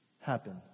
happen